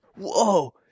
whoa